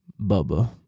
Bubba